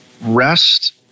rest